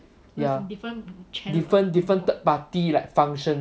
ya different different third party like function